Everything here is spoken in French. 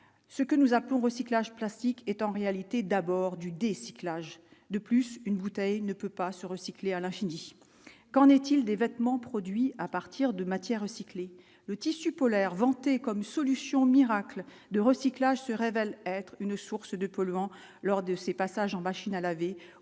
ce que nous appelons Recyclage Plastique est en réalité d'abord du des cycles âge de plus une bouteille ne peut pas se recycler à l'infini, qu'en est-il des vêtements, produits à partir de matières recyclées, le tissu polaire vanté comme solution miracle de recyclage se révèle être une source de polluants lors de ses passages en machine à laver